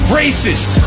racist